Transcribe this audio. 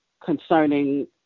concerning